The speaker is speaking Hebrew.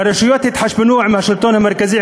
שהרשויות יתחשבנו עם השלטון המרכזי,